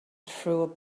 through